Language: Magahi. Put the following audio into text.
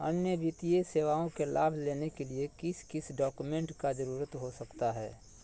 अन्य वित्तीय सेवाओं के लाभ लेने के लिए किस किस डॉक्यूमेंट का जरूरत हो सकता है?